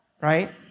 Right